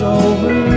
over